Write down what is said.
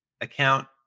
account